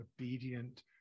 obedient